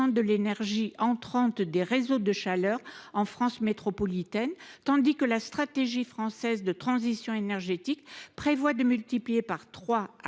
de l’énergie entrante des réseaux de chaleur en France métropolitaine, tandis que la stratégie française de transition énergétique prévoit de multiplier par trois